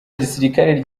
gisirikare